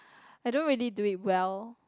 I don't really do it well